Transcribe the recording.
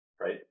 Right